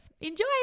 Enjoy